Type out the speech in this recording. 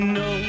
no